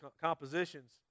compositions